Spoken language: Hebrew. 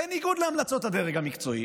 בניגוד להמלצות הדרג המקצועי,